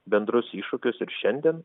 bendrus iššūkius ir šiandien